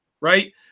right